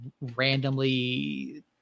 randomly